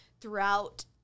throughout